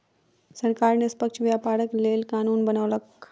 सरकार निष्पक्ष व्यापारक लेल कानून बनौलक